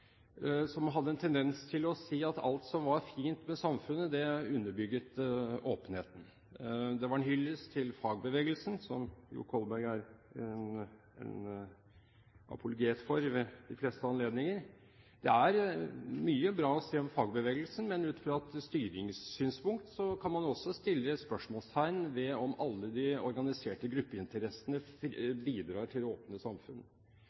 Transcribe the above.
som hadde en tendens til å si at alt som var fint med samfunnet, underbygget åpenheten. Det var en hyllest til fagbevegelsen, som Kolberg jo er en apologet for ved de fleste anledninger. Det er mye bra å si om fagbevegelsen, men ut fra et styringssynspunkt kan man også sette spørsmålstegn ved om alle de organiserte gruppeinteressene bidrar til åpne samfunn.